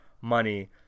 money